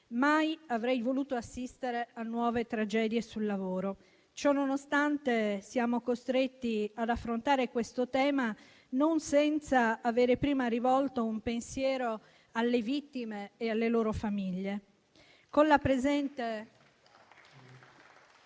Mai avrei voluto assistere a nuove tragedie sul lavoro. Ciononostante, siamo costretti ad affrontare questo tema, non senza aver prima rivolto un pensiero alle vittime e alle loro famiglie.